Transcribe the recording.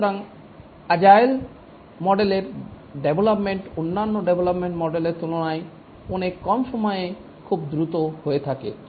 সুতরাং আজেইল মডেলের ডেভলপমেন্ট অন্যান্য ডেভেলপমেন্ট মডেলের তুলনায় অনেক কম সময়ে খুব দ্রুত হয়ে থাকে